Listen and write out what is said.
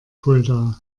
fulda